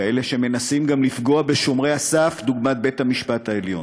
כאלה שמנסים גם לפגוע בשומרי הסף דוגמת בית-המשפט העליון.